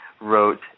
wrote